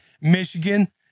Michigan